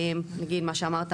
נגיד מה שאמרת,